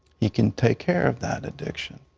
he can take care of that addiction.